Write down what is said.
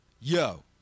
yo